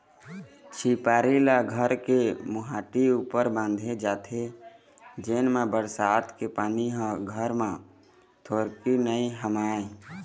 झिपारी ल घर के मोहाटी ऊपर बांधे जाथे जेन मा बरसात के पानी ह घर म थोरको नी हमाय